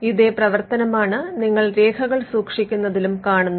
ഇതേ പ്രവർത്തനമാണ് നിങ്ങൾ രേഖകൾ സൂക്ഷിക്കുന്നതിലും കാണുന്നത്